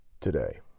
today